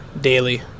daily